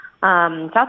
South